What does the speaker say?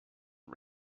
and